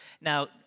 Now